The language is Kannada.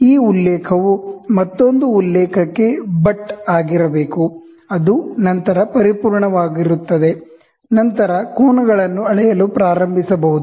ಈ ಉಲ್ಲೇಖವು ಮತ್ತೊಂದು ಉಲ್ಲೇಖಕ್ಕೆ ಬಟ್ ಆಗಿರಬೇಕು ಅದು ನಂತರ ಪರಿಪೂರ್ಣವಾಗಿರುತ್ತದೆ ನಂತರ ಕೋನಗಳನ್ನು ಅಳೆಯಲು ಪ್ರಾರಂಭಿಸಬಹುದು